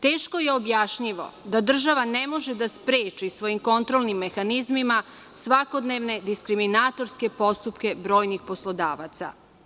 Teško je objašnjivo da država ne može da spreči svojim kontrolnim mehanizmima svakodnevne diskriminatorske postupke brojnih poslodavaca.